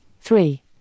three